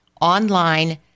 online